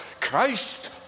Christ